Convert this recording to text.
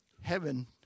Heaven